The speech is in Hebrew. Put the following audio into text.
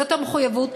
זאת המחויבות.